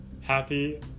happy